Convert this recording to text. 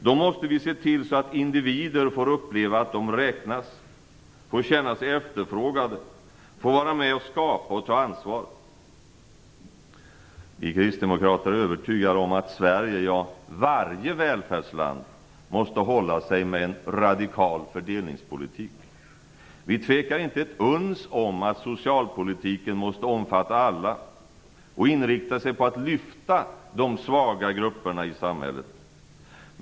Då måste vi se till att individer får uppleva att de räknas, får känna sig efterfrågade, får vara med och skapa och ta ansvar. Vi kristdemokrater är övertygade om att Sverige, och varje välfärdsland, måste hålla sig med en radikal fördelningspolitik. Vi tvivlar inte ett uns på att socialpolitiken måste omfatta alla och inrikta sig på att lyfta de svaga grupperna i samhället.